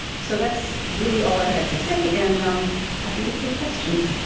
so that's really all i had to say, and um happy to take questions.